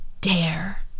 dare